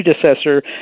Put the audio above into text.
predecessor